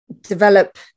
develop